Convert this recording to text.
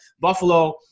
Buffalo